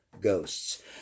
ghosts